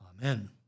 Amen